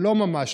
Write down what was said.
לא ממש,